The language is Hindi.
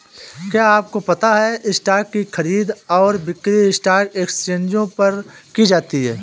क्या आपको पता है स्टॉक की खरीद और बिक्री स्टॉक एक्सचेंजों पर की जाती है?